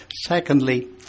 Secondly